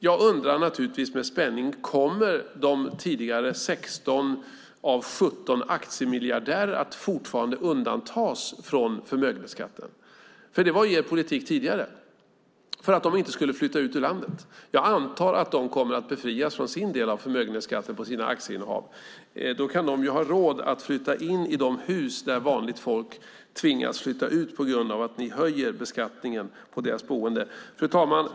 Jag undrar naturligtvis med spänning: Kommer de tidigare 16 av 17 aktiemiljardärerna att fortfarande undantas från förmögenhetsskatten? Det var er politik tidigare för att de inte skulle flytta ut ur landet. Jag antar att de kommer att befrias från sin del av förmögenhetsskatten på sina aktieinnehav. Då kan de ha råd att flytta in i de hus där vanligt folk tvingas flytta ut på grund av att ni höjer beskattningen på deras boende. Fru talman!